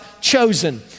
chosen